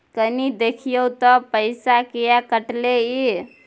कनी देखियौ त पैसा किये कटले इ?